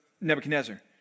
Nebuchadnezzar